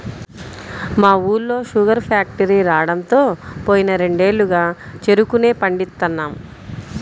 మా ఊళ్ళో sugar factory రాడంతో పోయిన రెండేళ్లుగా చెరుకునే పండిత్తన్నాం